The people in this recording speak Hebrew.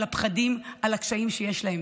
על הפחדים ועל הקשיים שיש להם.